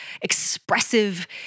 expressive